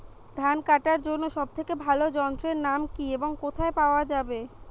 ধান কাটার জন্য সব থেকে ভালো যন্ত্রের নাম কি এবং কোথায় পাওয়া যাবে?